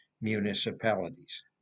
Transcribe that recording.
municipalities